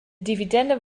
dividenden